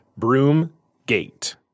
Broomgate